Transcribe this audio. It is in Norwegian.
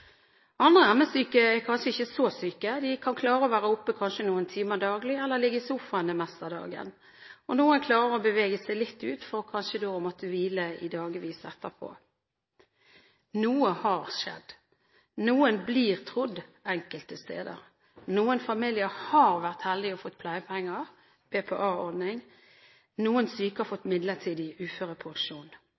Andre ME-syke er kanskje ikke så syke, de kan kanskje klare å være oppe noen timer daglig, eller ligge på sofaen det meste av dagen. Noen klarer å bevege seg litt ut, for kanskje så å måtte hvile i dagevis etterpå. Noe har skjedd: Noen blir trodd enkelte steder, noen familier har vært heldige og fått pleiepenger, BPA-ordningen, noen syke har fått midlertidig uførepensjon.